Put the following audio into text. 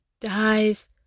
Dies